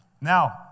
Now